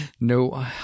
no